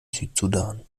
südsudan